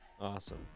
Awesome